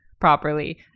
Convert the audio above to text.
properly